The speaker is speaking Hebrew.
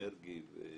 עם מנהלים מצוינים.